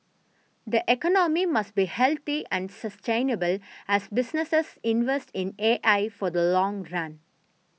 the economy must be healthy and sustainable as businesses invest in A I for the long run